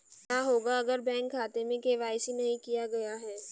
क्या होगा अगर बैंक खाते में के.वाई.सी नहीं किया गया है?